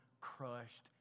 crushed